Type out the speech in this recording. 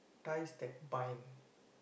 ties that bind